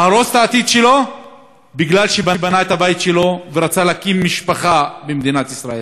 להרוס את העתיד שלו כי בנה את הבית שלו ורצה להקים משפחה במדינת ישראל.